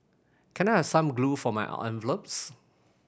can I have some glue for my envelopes